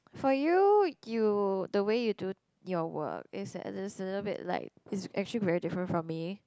for you you the way you do your work it's a~ a little bit like it's actually very different from me